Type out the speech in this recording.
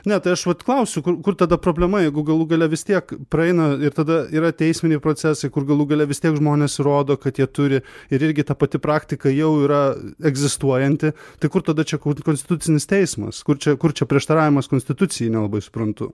ne tai aš vat klausiu kur kur tada problema jeigu galų gale vis tiek praeina ir tada yra teisminiai procesai kur galų gale vis tiek žmonės įrodo kad jie turi ir irgi ta pati praktika jau yra egzistuojanti tai kur tada čia konstitucinis teismas kur čia kur čia prieštaravimas konstitucijai nelabai suprantu